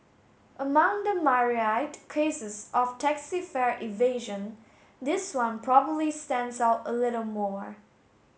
among the myriad cases of taxi fare evasion this one probably stands out a little more